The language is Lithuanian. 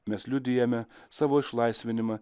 mes liudijame savo išlaisvinimą